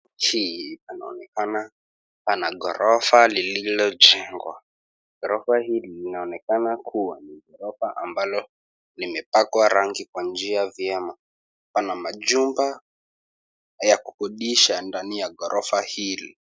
Hii panaonekana pana ghorofa lililojengwa, ghorofa hili linaonekana kuwa ni ghorofa ambalo limepakwa rangi kwenye njia vyema pana majumba ya kukodisha ndani ya ghorofa hili.